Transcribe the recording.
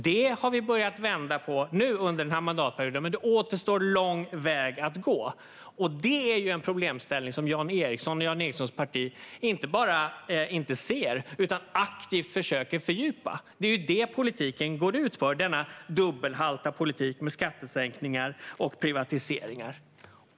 Detta har vi börjat vända på under denna mandatperiod, men det återstår en lång väg att gå. Detta är en problemställning som Jan Ericson och hans parti inte bara inte ser utan aktivt försöker fördjupa. Det är ju vad deras dubbelhalta politik med skattesänkningar och privatiseringar går ut på.